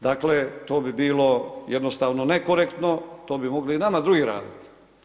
Dakle, to bi bilo jednostavno nekorektno, to bi mogli nama drugi raditi.